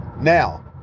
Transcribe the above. Now